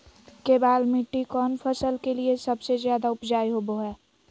केबाल मिट्टी कौन फसल के लिए सबसे ज्यादा उपजाऊ होबो हय?